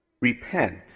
repent